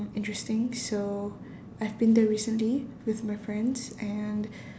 interesting so I've been there recently with my friends and